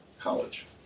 college